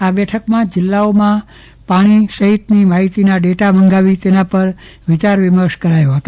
આ બેઠકમાં જિલ્લાઓમાં પાણી સહિતની માહિતીના ડેટા મંગાવી તેના પર વિચાર વિમર્શ કરાયો હતો